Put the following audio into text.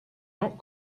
not